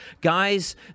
guys